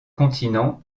continent